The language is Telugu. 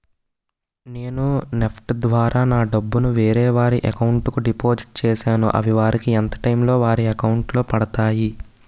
నేను నెఫ్ట్ ద్వారా నా డబ్బు ను వేరే వారి అకౌంట్ కు డిపాజిట్ చేశాను అవి వారికి ఎంత టైం లొ వారి అకౌంట్ లొ పడతాయి?